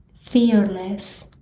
fearless